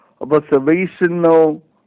observational